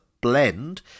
blend